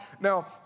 now